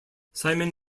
simon